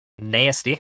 nasty